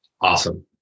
Awesome